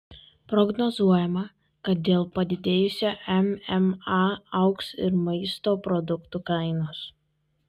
prognozuojama kad dėl padidėjusio mma augs ir maisto produktų kainos